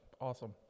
awesome